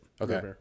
okay